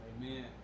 Amen